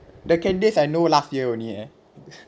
the candidates I know last year only eh